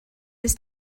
ist